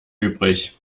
übrig